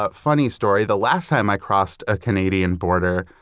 ah funny story, the last time i crossed a canadian border,